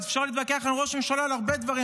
אפשר להתווכח עם ראש הממשלה על הרבה דברים,